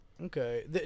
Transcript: Okay